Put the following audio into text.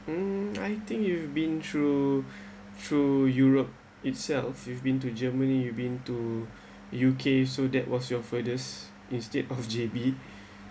mm I think you've been through through europe itself you've been to germany you been to U_K so that was your further instead of J_B